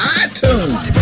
iTunes